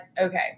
okay